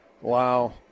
Wow